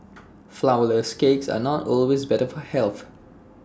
Flourless Cakes are not always better for health